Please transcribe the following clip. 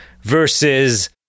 versus